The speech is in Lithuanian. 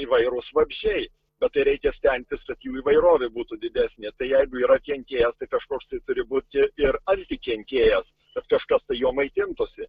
įvairūs vabzdžiai bet tai reikia stengtis kad jų įvairovė būtų didesnė tai jeigu yra kenkėjas tai kažkoks tai turi būti ir antikenkėjas kad kažkas tai jom maitintųsi